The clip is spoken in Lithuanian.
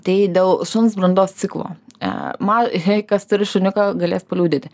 tai dėl šuns brandos ciklo e man hei kas turi šuniuką galės paliudyti